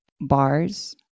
bars